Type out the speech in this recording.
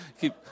keep